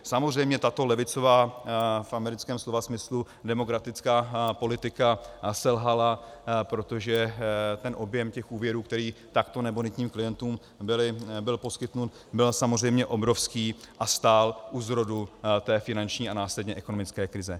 Samozřejmě tato levicová, v americkém slova smyslu demokratická politika selhala, protože objem těch úvěrů, který takto nebonitním klientům byl poskytnut, byl samozřejmě obrovský a stál u zrodu té finanční a následně ekonomické krize.